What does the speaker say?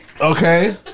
okay